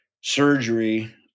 surgery